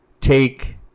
take